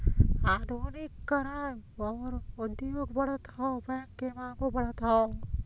आधुनिकी करण आउर उद्योग बढ़त हौ बैंक क मांगो बढ़त हौ